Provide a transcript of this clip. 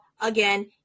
again